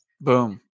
Boom